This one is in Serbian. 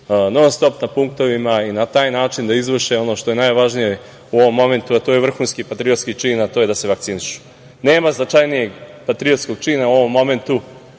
non-stop na punktovima i na taj način da izvrše ono što je najvažnije u ovom momentu, vrhunski patriotski čin, a to je da se vakcinišu. Nema značajnijeg patriotskog čina u ovom momentu,